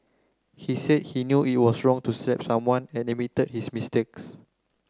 he said he knew it was wrong to slap someone and admitted his mistakes